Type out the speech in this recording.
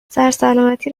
سرسلامتی